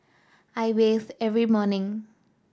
I bathe every morning